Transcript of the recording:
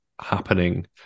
happening